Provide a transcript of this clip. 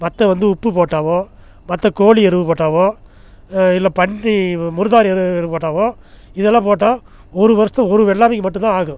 மட்ட வந்து உப்பு போட்டாவோ மட்ட கோழி எருவு போட்டாவோ இல்லை பன்றி முருதாணி எருவு போட்டாவோ இதெல்லாம் போட்டால் ஒரு வருஷத்து ஒரு வெள்ளாமைக்கு மட்டும்தான் ஆகும்